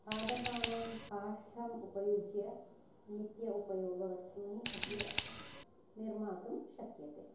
पादपानां काष्ठम् उपयुज्य नित्योपयोगी वस्तूनि अपि निर्मातुं शक्यते